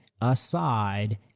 aside